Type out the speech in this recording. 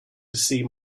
see